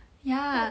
ya